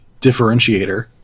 differentiator